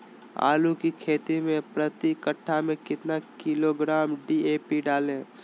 आलू की खेती मे प्रति कट्ठा में कितना किलोग्राम डी.ए.पी डाले?